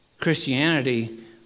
Christianity